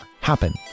happen